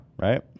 Right